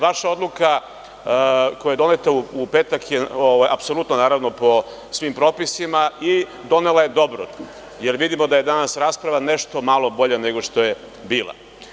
Vaša odluka koja je doneta u petak je apsolutno po svim propisima i donela je dobro, jer vidimo da je danas rasprava nešto malo bolja nego što je bila.